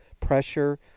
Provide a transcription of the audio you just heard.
pressure